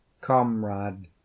comrade